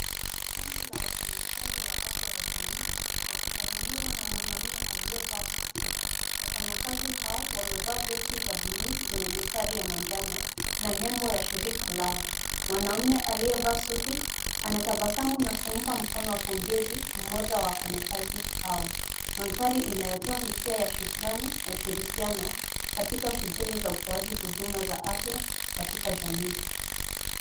Kundi la wafanyakazi wa afya ya jamii wakisalimiwa na mwanaume aliyevaa suti. Wafanya kazi hao wamevaa vesti za buluu zenye mistari ya manjano na nembo ya shirika lao. Mwanaume aliyevaa suti anatabasamu na kumpa mkono wa pongezi mmoja wa wafanyakazi hao. Mandhari inayotoa hisia ya shukrani na ushirikiano katika shughuli za utoaji huduma za afya katika jamii.